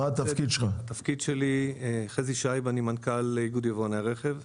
אני מנכ"ל יבואני הרכב.